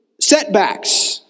setbacks